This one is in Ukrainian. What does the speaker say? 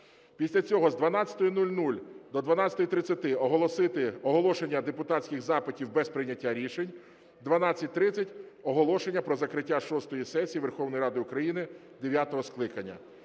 Після цього з 12:00 до 12:30 оголосити оголошення депутатських запитів без прийняття рішень, о 12:30 оголошення про закриття шостої сесії Верховної Ради України дев'ятого скликання.